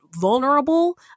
vulnerable